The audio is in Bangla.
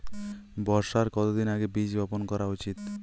বর্ষার কতদিন আগে বীজ বপন করা উচিৎ?